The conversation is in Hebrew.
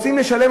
רוצים לשלם,